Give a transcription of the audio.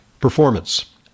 performance